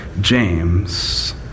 James